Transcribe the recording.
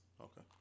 Okay